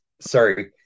sorry